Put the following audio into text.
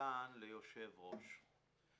שניתן ליושב ראש.